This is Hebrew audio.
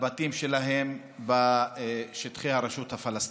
לבתים שלהם בשטחי הרשות הפלסטינית.